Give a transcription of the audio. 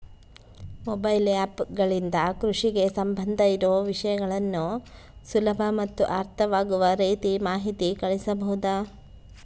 Mobile app ಗಳಿಂದ ಕೃಷಿಗೆ ಸಂಬಂಧ ಇರೊ ವಿಷಯಗಳನ್ನು ಸುಲಭ ಮತ್ತು ಅರ್ಥವಾಗುವ ರೇತಿ ಮಾಹಿತಿ ಕಳಿಸಬಹುದಾ?